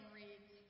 reads